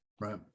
Right